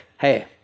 hey